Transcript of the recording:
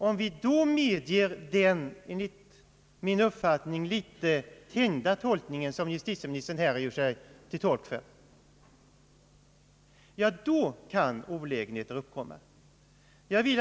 Om vi medger denna enligt min mening litet tänjda uppfattning som justitieministern fört fram kan olägenheter uppstå i framtiden.